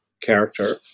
character